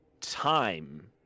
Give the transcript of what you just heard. time